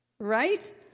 right